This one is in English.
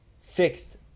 fixed